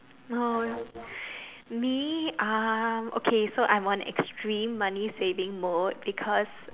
no me uh okay so I'm on extreme money saving mode because